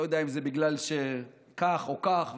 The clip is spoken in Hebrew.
לא יודע אם זה בגלל שכך או כך,